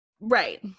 right